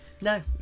no